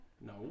No